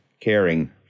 caring